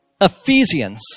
Ephesians